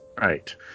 Right